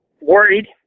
worried